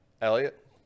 Elliot